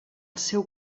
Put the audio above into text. seu